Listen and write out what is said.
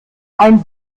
ein